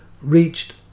reached